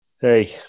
Hey